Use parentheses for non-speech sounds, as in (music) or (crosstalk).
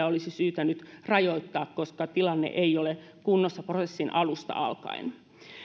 (unintelligible) olisi syytä nyt rajoittaa koska tilanne ei ole kunnossa prosessin alusta alkaen